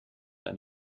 eine